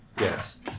yes